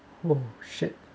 oh shit